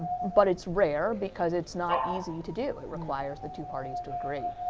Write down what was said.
but its rare because its not easy to do, it requires the two parties to agree.